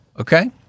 okay